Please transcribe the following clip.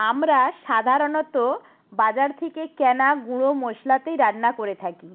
আমরা সাধারণত বাজার থেকে কেনা গুঁড়ো মশলাতেই রান্না করে থাকি